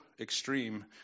extreme